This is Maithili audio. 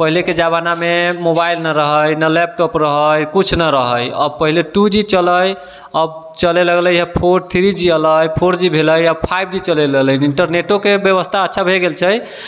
पहिलेके जमानामे मोबाइल नहि रहै ने लैपटॉप रहै कुछ नहि रहै पहले टू जी चलै आब चलै लगलै है फोर थ्री जी एलैह फोर जी भेलैह फाइव जी चलै लगलै इन्टरनेटओके व्यवस्था अच्छा भऽ गेल छै